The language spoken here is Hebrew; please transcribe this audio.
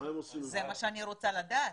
זה מה שאני רוצה לדעת.